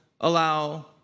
allow